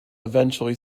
eventually